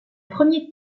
premier